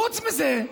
חוץ מזה,